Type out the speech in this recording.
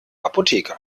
apotheker